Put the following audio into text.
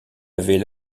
avait